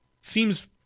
seems